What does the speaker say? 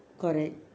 correct